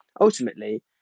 Ultimately